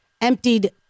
emptied